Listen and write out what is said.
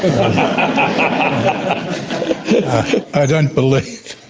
i don't believe